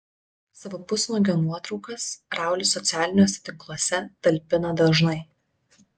savo pusnuogio nuotraukas raulis socialiniuose tinkluose talpina dažnai